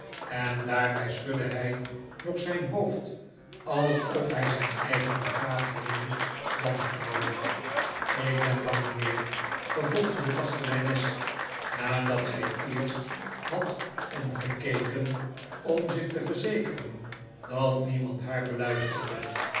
en daarbij schudde hij nog zijn hoofd alsof hij zijn eigen begaafdheden wantrouwde ik ben bang mijnheer vervolgde de kasteleines nadat zij eerst had omgekeken om zich te verzekeren dat niemand haar beluisterde